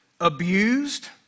abused